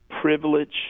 privilege